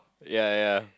ya ya